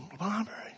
library